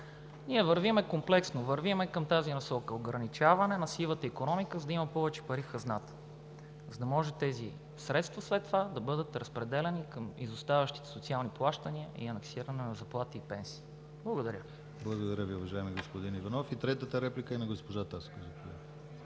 ние вървим комплексно, вървим към тази насока – ограничаване на сивата икономика, за да има повече пари в хазната, за да може тези средства след това да бъдат разпределяни към изоставащите социални плащания и анексиране на заплати и пенсии. Благодаря. ПРЕДСЕДАТЕЛ ДИМИТЪР ГЛАВЧЕВ: Благодаря Ви, уважаеми господин Иванов. И третата реплика е на госпожа Таскова.